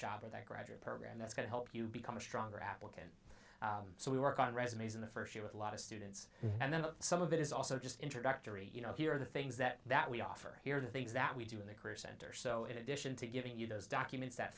job or that graduate program that's going to help you become a stronger applicant so we work on resumes in the first year with a lot of students and then some of it is also just introductory you know here are the things that that we offer here the things that we do in the career center so in addition to giving you those documents that